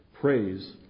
Praise